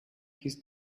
his